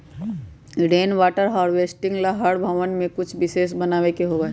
rain water harvesting ला हर भवन में कुछ विशेष बनावे के होबा हई